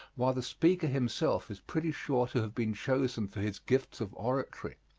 while the speaker himself is pretty sure to have been chosen for his gifts of oratory.